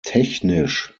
technisch